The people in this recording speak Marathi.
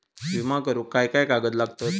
विमा करुक काय काय कागद लागतत?